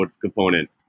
component